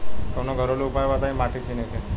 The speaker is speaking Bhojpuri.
कवनो घरेलू उपाय बताया माटी चिन्हे के?